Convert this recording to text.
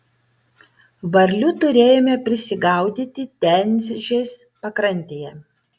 varlių turėjome prisigaudyti tenžės pakrantėje